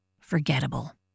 forgettable